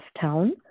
town